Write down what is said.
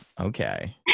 okay